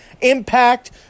impact